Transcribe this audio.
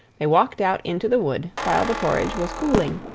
they walked out into the wood while the porridge was cooling,